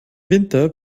winter